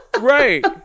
Right